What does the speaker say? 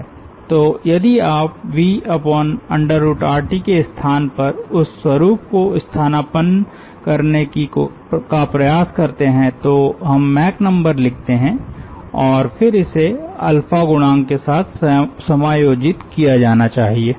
तो यदि आप VRTके स्थान पर उस स्वरुप को स्थानापन्न करने का प्रयास करते हैं तो हम मैक नंबर लिखते हैं और फिर इसे गुणांक के साथ समायोजित किया जाना चाहिए